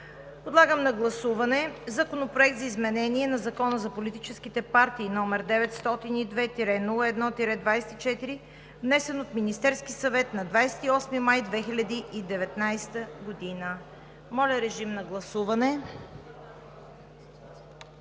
Подлагам на гласуване Законопроект за изменение на Закона за политическите партии, № 902-01-24, внесен от Министерския съвет на 28 май 2019 г. Гласували